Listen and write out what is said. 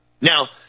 Now